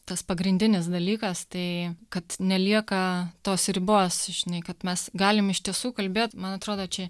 tas pagrindinis dalykas tai kad nelieka tos ribos žinai kad mes galim iš tiesų kalbėt man atrodo čia